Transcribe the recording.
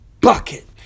bucket